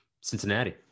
Cincinnati